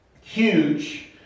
huge